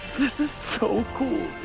this is so cool,